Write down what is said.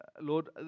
Lord